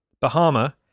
Bahama